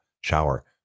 shower